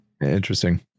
Interesting